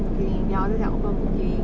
open booking ya 我是讲 open booking